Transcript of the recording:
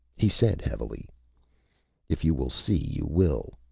he said heavily if you will see, you will.